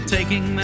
Taking